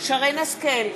שרן השכל,